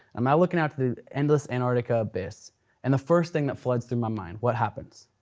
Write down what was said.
um ah looking out to the endless antarctica abyss and the first thing that floods through my mind, what happens?